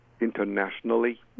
internationally